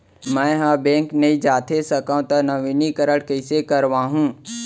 मैं ह बैंक नई जाथे सकंव त नवीनीकरण कइसे करवाहू?